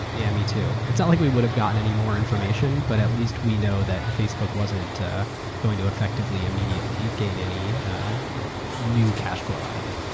yeah, me too. it's not like we would have gotten any more information, but at least we know that facebook wasn't going to effectively immediately gain any new cash flow out of it.